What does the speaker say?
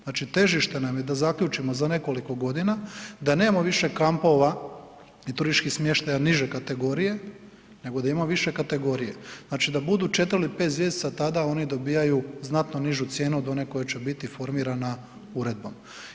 Znači, težište nam je da zaključimo za nekoliko godina, da nemamo više kampova i turističkih smještaja niže kategorije nego da imamo više kategorije, znači da budu 4 ili 5 zvjezdica tada, oni dobivaju znatno nižu cijenu do one koje će biti formirana uredbom.